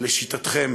לשיטתכם,